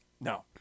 no